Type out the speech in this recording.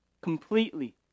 completely